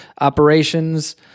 Operations